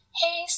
hey